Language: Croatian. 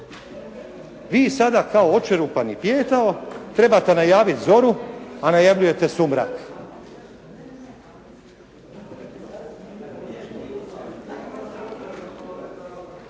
Vi sada kao očerupani pijetao trebate najaviti zoru, a najavljujete sumrak.